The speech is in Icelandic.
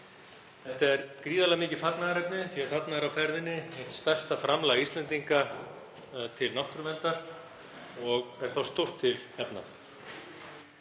Það er gríðarlega mikið fagnaðarefni því að þarna er á ferðinni eitt stærsta framlag Íslendinga til náttúruverndar og er þá stórt til jafnað.